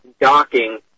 docking